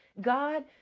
God